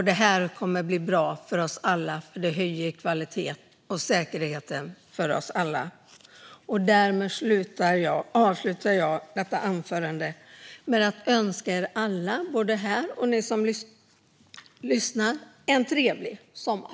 Det här kommer att bli bra för oss alla, för det höjer kvaliteten och säkerheten för oss alla. Jag önskar er alla, både er här och er som lyssnar, en trevlig sommar.